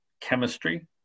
chemistry